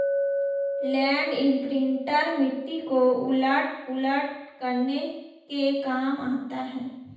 land imprinter मिट्टी को उलट पुलट करने के काम आता है